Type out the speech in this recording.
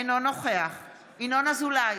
אינו נוכח ינון אזולאי,